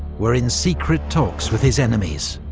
were in secret talks with his enemies.